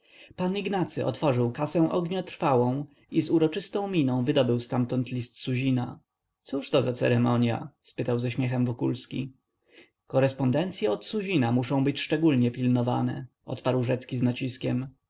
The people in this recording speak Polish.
pan ignacy otworzył kasę ogniotrwałą i z uroczystą miną wydobył ztamtąd list suzina cóżto za ceremonia spytał ze śmiechem wokulski korespondencye od suzina muszą być szczególnie pilnowane odparł rzecki z naciskiem